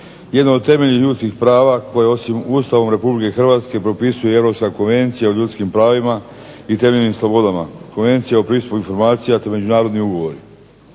Jedna od temeljnih ljudskih prava koje osim Ustavom Republike Hrvatske propisuje i Europska konvencija o ljudskim pravima i temeljnim slobodama, Konvencija o pristupu informacija te međunarodni ugovori.